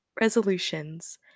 Resolutions